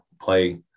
play